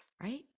right